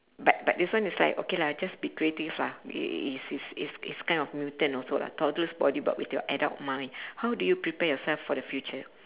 but but this one is like okay lah just be creative lah i~ it's it's it's it's kind of mutant also lah toddler's body but with your adult mind how do you prepare yourself for the future